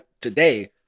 today